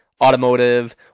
automotive